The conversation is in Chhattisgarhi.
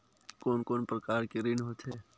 कोन कोन प्रकार के ऋण होथे?